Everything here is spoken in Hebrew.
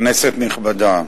כנסת נכבדה,